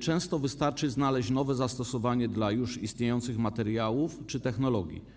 często wystarczy znaleźć nowe zastosowanie dla już istniejących materiałów czy technologii.